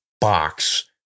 box